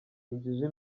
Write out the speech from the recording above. injiji